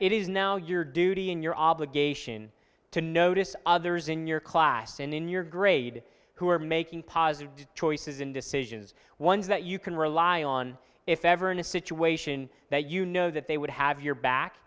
it is now your duty and your obligation to notice others in your class and in your grade who are making positive choices and decisions ones that you can rely on if ever in a situation that you know that they would have your back